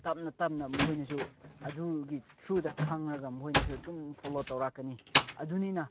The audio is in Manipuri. ꯇꯞꯅ ꯇꯞꯅ ꯃꯈꯣꯏꯅꯁꯨ ꯑꯗꯨꯒꯤ ꯊ꯭ꯔꯨꯗ ꯈꯪꯉꯒ ꯃꯈꯣꯏꯅꯁꯨ ꯑꯗꯨꯝ ꯐꯣꯂꯣ ꯇꯧꯔꯛꯀꯅꯤ ꯑꯗꯨꯅꯤꯅ